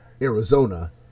Arizona